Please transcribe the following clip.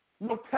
no